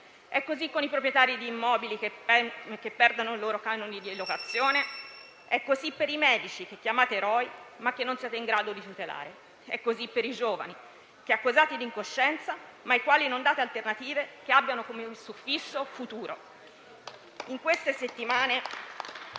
è così con i proprietari di immobili che perdono i loro canoni di locazione. È così per i medici che chiamate eroi, ma che non siete in grado di tutelare. È così per i giovani che accusate di incoscienza, ma ai quali non date alternative che abbiano come suffisso futuro.